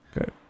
Okay